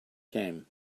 came